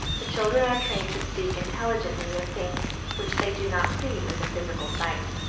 the children are trained to speak intelligently of things which they do not see with the physical sight,